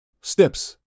Steps